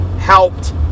helped